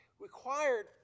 required